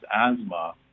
asthma